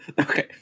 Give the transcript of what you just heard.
Okay